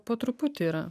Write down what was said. po truputį yra